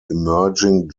emerging